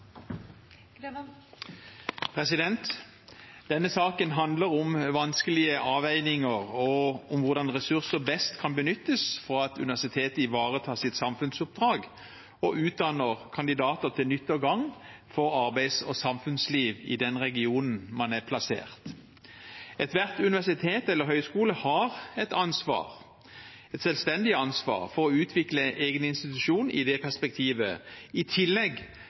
Denne saken handler om vanskelige avveininger, og om hvordan ressurser best kan benyttes for at universitetet ivaretar sitt samfunnsoppdrag og utdanner kandidater til nytte og gagn for arbeids- og samfunnsliv i den regionen det er plassert. Ethvert universitet og enhver høyskole har et selvstendig ansvar for å utvikle egen institusjon i det perspektivet, i tillegg